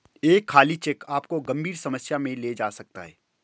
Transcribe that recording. एक खाली चेक आपको गंभीर समस्या में ले जा सकता है